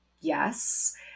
Yes